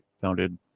founded